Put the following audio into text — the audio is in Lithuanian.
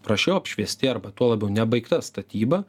prasčiau apšviesti arba tuo labiau nebaigta statyba